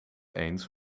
eens